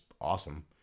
awesome